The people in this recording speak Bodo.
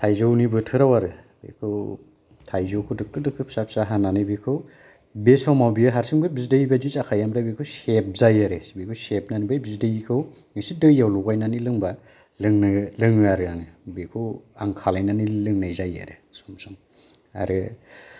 थायजौनि बोथोराव आरो बेखौ थायजौखौथ दोखो दोखो फिसा फिसा हानानै बिखौ बे समाव बे हारसिं बै बिदै जाखायो आमफ्राय बेखौ सेबजायो आरो बेखौ सेबनानै बिदैखौ एसे दैयाव लगायनानै लोंबा लोङो आरो आङो बेखौ आं खालायनानै लोंनाय जायो आरो सम सम आरो